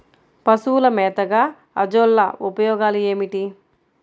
పశువుల మేతగా అజొల్ల ఉపయోగాలు ఏమిటి?